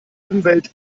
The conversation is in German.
umwelt